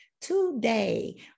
Today